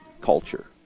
culture